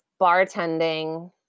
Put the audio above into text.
bartending –